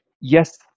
yes